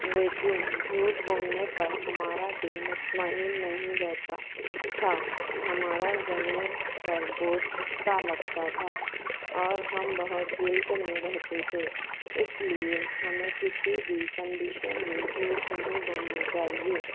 لیکن جھوٹ بولنے پر ہمارا دل مطمئن نہیں رہتا تھا ہمارا ضمیر پر بوجھ سا لگتا تھا اور ہم بہت گلٹ میں رہتے تھے اس لیے ہمیں کسی بھی کنڈیشن میں جھوٹ نہیں بولنا چاہیے